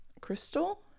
crystal